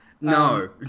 No